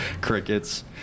crickets